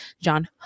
John